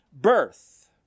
birth